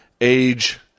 age